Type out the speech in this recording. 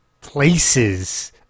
places